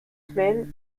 semaines